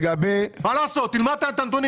מה לעשות, תלמד את הנתונים.